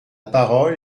parole